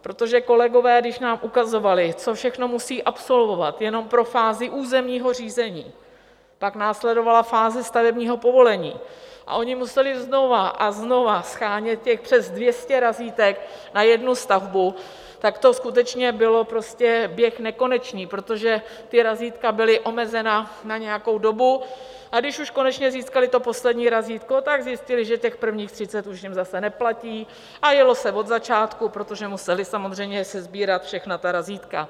Protože když nám kolegové ukazovali, co všechno musejí absolvovat jenom pro fázi územního řízení, pak následovala fáze stavebního povolení, a oni museli znova a znova shánět těch přes dvě stě razítek na jednu stavbu, tak to skutečně byl běh nekonečný, protože razítka byla omezena na nějakou dobu, a když už konečně získali to poslední razítko, tak zjistili, že těch prvních třicet už jim zase neplatí, a jelo se od začátku, protože museli samozřejmě sesbírat všechna ta razítka.